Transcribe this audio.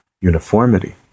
uniformity